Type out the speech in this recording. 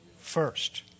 first